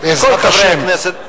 כל חברי הכנסת בעזרת השם,